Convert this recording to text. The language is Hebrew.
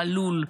חלול,